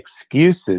excuses